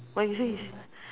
what you say you s~